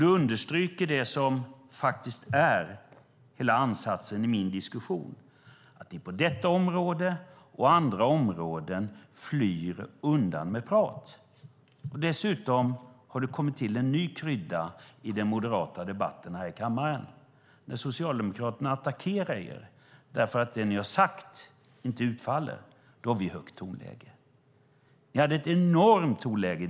Du understryker det som är hela ansatsen i min diskussion, att ni på detta område och andra områden flyr undan. Dessutom har det kommit till en ny krydda i de moderata debatterna här i kammaren. När Socialdemokraterna attackerar er för att det ni har sagt inte utfaller säger ni att vi har ett högt tonläge.